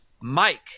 Mike